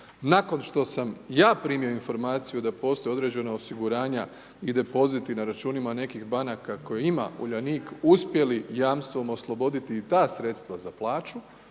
nakon što sam ja primio informaciju da postoje određena osiguranja i depoziti na računima, nekih banaka koje ima Uljanik uspjeli jamstvom osloboditi i ta sredstva za plaću